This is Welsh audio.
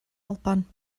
alban